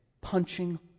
punching